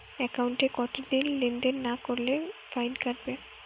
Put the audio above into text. একাউন্টে কতদিন লেনদেন না করলে ফাইন কাটবে?